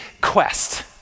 quest